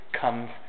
comes